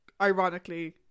ironically